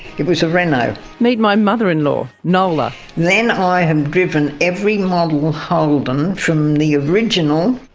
it was a renault. meet my mother-in-law, nola. then i have driven every model holden from the original,